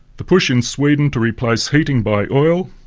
the push in sweden to replace heating by oil,